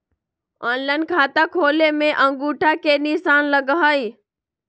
Online खाता खोले में अंगूठा के निशान लगहई?